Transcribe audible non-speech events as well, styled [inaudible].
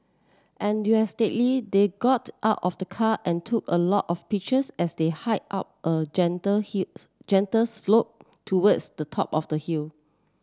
enthusiastically they got out of the car and took a lot of pictures as they hiked up a gentle [unintelligible] gentle slope towards the top of the hill